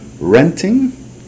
renting